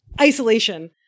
isolation